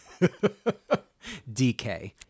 DK